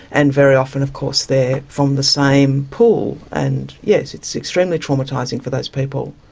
and very often of course they are from the same pool. and yes, it's extremely traumatising for those people.